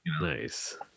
Nice